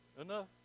enough